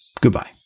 Goodbye